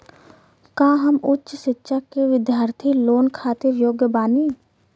का हम उच्च शिक्षा के बिद्यार्थी लोन खातिर योग्य बानी?